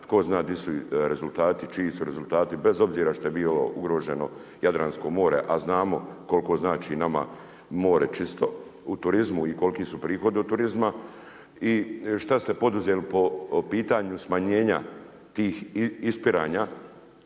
čiji su rezultati, bez obzira što je bilo ugroženo Jadransko more, a znamo koliko znači nama more čisto u turizmu i koliki su prihodi od turizma i šta ste poduzeli po pitanju smanjena tih ispiranja,